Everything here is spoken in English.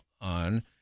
on